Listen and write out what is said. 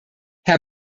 herr